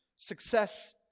Success